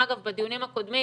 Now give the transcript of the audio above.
אגב, בדיונים הקודמים